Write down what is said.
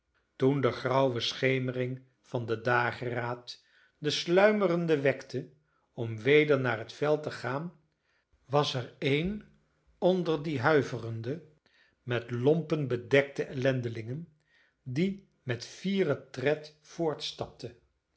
toen de grauwe schemering van den dageraad de sluimerenden wekte om weder naar het veld te gaan was er een onder die huiverende met lompen bedekte ellendelingen die met fieren tred